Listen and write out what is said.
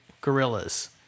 gorillas